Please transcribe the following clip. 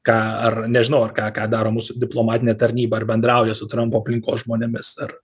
ką ar nežinau ar ką ką daro mūsų diplomatinė tarnyba ar bendrauja su trampo aplinkos žmonėmis ar